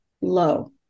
low